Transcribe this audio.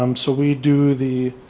um so we do the